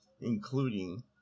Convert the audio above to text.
including